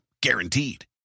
Guaranteed